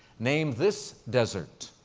name this desert.